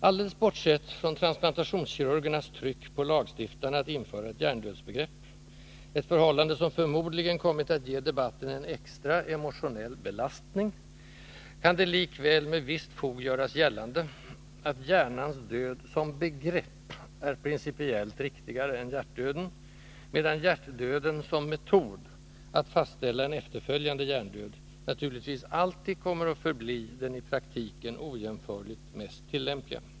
Alldeles bortsett från transplantationskirurgernas tryck på lagstiftarna att införa ett hjärndödsbegrepp - ett förhållande som förmodligen kommit att ge debatten en extra, emotionell belastning — kan det likväl med visst fog göras gällande att hjärnans ”död” som begrepp är principiellt riktigare än hjärtdöden, medan hjärtdöden som metod att fastställa en efterföljande hjärndöd naturligtvis alltid kommer att förbli den i praktiken ojämförligt mest tillämpliga.